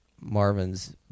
Marvin's